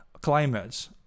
climates